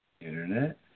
internet